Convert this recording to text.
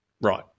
Right